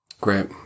Great